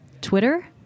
Twitter